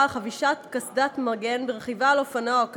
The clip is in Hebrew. חבישת קסדת מגן ברכיבה על אופנוע או קטנוע,